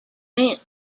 mint